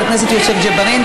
חבר הכנסת יוסף ג'בארין,